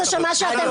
של דגלי אש"ף.